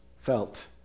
felt